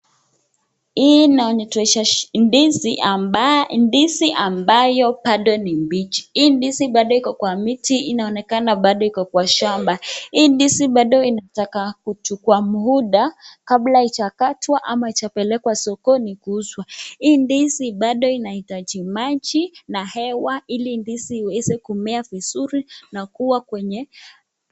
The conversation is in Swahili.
Hii inatuonyesha ndizi ambayo Bado ni mbichi, hii ndizi Bado iko kwa miti inaonekana Bado iko kwa shamba, hii ndizi Bado inataka kuchukuwa muda kabla haijakatwa ama haijapelekwa sokoni kuuzwa. Hii ndizi Bado inahitaji maji na hewa ili ndizi iweze kumea vizuri na kuwa kwenye.